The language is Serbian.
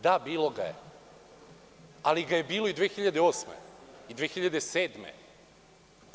Da, bilo ga je, ali ga je bilo i 2008. i 2007. godine.